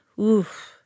oof